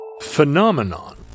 phenomenon